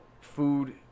food